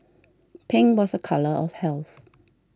pink was a colour of health